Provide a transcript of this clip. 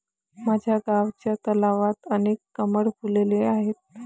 माझ्या गावच्या तलावात अनेक कमळ फुलले आहेत